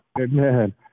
amen